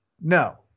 no